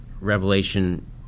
revelation